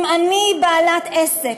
אם אני בעלת עסק,